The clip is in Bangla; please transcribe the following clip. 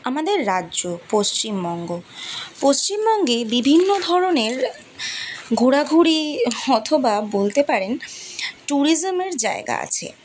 আমাদের রাজ্য পশ্চিমবঙ্গ পশ্চিমবঙ্গে বিভিন্ন ধরনের ঘোরাঘুরি অথবা বলতে পারেন ট্যুরিজমের জায়গা আছে